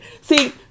See